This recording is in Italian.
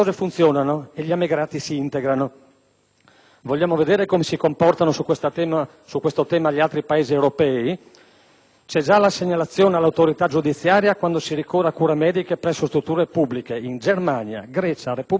Vogliamo vedere come si comportano su questo tema gli altri Paesi europei? C'è già la segnalazione all'autorità giudiziaria quando si ricorre a cure mediche presso strutture pubbliche in Germania, Grecia, Repubblica Ceca, Repubblica Slovacca e Ungheria.